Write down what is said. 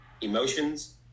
Emotions